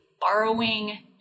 borrowing